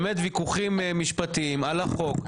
באמת ויכוחים משפטיים על החוק,